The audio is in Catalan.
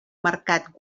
marcat